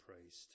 praised